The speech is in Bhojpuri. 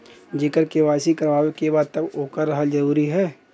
जेकर के.वाइ.सी करवाएं के बा तब ओकर रहल जरूरी हे?